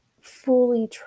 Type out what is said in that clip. fully